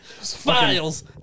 Files